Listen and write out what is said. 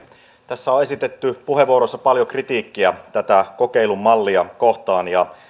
tässä on esitetty puheenvuoroissa paljon kritiikkiä tätä kokeilumallia kohtaan ja